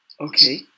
Okay